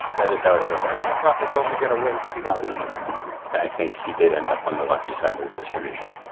that is how i feel about it and buffett's only going to win because he got lucky i think he did end up on the lucky side of the distribution